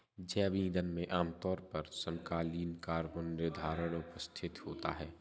जैव ईंधन में आमतौर पर समकालीन कार्बन निर्धारण उपस्थित होता है